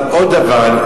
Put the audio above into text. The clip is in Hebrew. אבל עוד דבר,